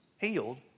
healed